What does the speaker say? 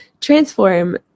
transform